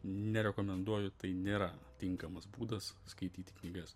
nerekomenduoju tai nėra tinkamas būdas skaityti knygas